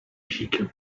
bzikiem